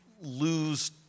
lose